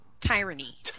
tyranny